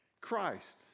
Christ